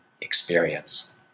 experience